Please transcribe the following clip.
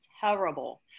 Terrible